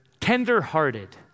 tender-hearted